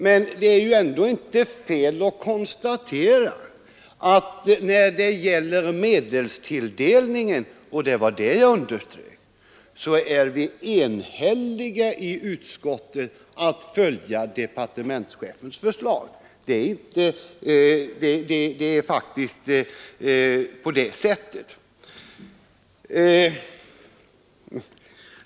Men det är ju ändå inte fel att konstatera, att när det gäller medelstilldelningen är vi enhälliga i utskottet om att följa departementschefens förslag; och det var det jag underströk.